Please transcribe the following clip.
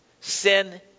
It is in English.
sin